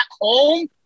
home